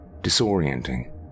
disorienting